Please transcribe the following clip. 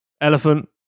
elephant